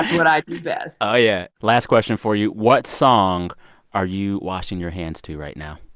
what i do best. oh, yeah. last question for you. what song are you washing your hands to right now?